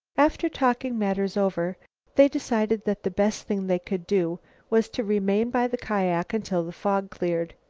after talking matters over they decided that the best thing they could do was to remain by the kiak until the fog cleared.